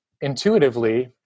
intuitively